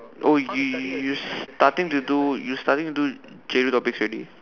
oh you you you starting to do you starting to do J-two topics already